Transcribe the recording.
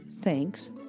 thanks